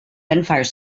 gunfire